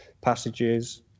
passages